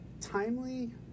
Timely